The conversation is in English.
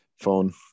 phone